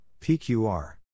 pqr